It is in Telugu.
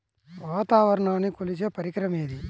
వాతావరణాన్ని కొలిచే పరికరం ఏది?